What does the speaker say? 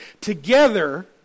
together